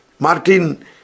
Martin